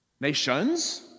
nations